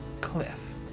cliff